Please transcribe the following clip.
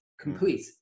complete